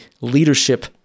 leadership